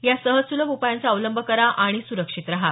या सहज सुलभ उपायांचा अवलंब करा आणि सुरक्षित रहा